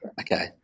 Okay